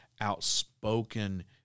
outspoken